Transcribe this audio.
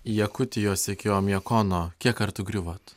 jakutijos iki oimiakono kiek kartų griuvot